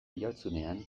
oihartzunean